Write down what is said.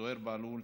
זוהיר בהלול,